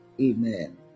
Amen